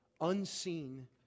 unseen